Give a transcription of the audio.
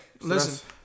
listen